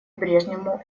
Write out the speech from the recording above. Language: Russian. брежневу